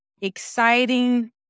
exciting